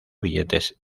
billetes